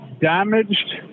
damaged